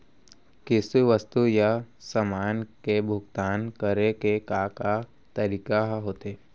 किसी वस्तु या समान के भुगतान करे के का का तरीका ह होथे?